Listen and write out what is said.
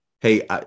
hey